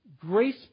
grace